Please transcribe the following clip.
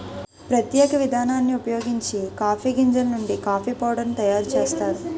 ప్రత్యేక విధానాన్ని ఉపయోగించి కాఫీ గింజలు నుండి కాఫీ పౌడర్ ను తయారు చేస్తారు